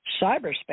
cyberspace